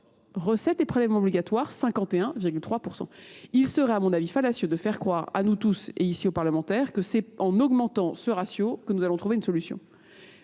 Recette et prélèvement obligatoire, 51,3%. Il serait à mon avis fallacieux de faire croire à nous tous et ici au parlementaire que c'est en augmentant ce ratio que nous allons trouver une solution.